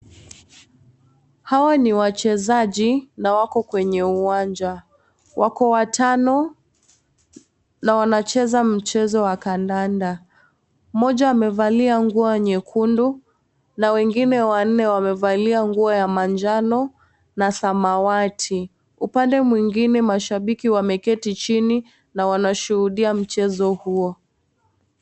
Hawa ni wachezaji, na wako kwenye uwanja. Wako watano, na wanacheza mchezo wa kandanda. Mmoja amevalia nguo nyekundu, na wengine wanne wamevalia nguo ya manjano, na samawati. Upande mwingine mashabiki wameketi chini, na wanashuhudia mchezo huo.